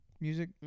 music